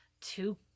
two